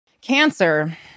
cancer